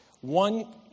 one